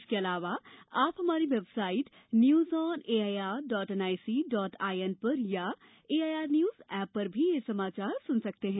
इसके अलावा आप हमारी website news on A I R dot N I C dot I N पर अथवा A I R news app पर भी समाचार सुन सकते हैं